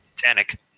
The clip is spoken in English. Titanic